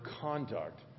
conduct